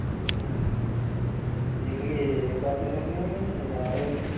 ఇంతకీ ఏం పేపర్లండి ఎవరివి